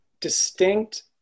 distinct